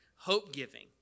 hope-giving